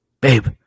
babe